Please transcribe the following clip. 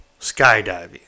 skydiving